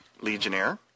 Legionnaire